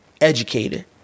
educated